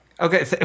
Okay